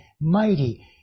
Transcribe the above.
mighty